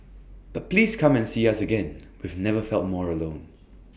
but please come and see us again we've never felt more alone